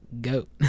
goat